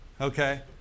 okay